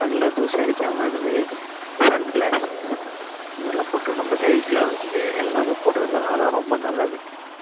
கண்ணில் தூசு அடிக்காமல் இருக்கிறது சன் கிளாஸஸ் அந்தமாரிலாம் போட்டுக்கணும் அப்புறம் கை க்ளவுஸ்சு எல்லாமே போட்டுக்கிறதுனால் அதெலாம் ரொம்ப நல்லது